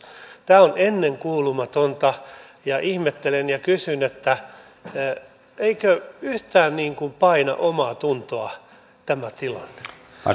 tämä on ennenkuulumatonta ja ihmettelen ja kysyn eikö yhtään paina omaatuntoa tämä tilanne